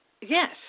Yes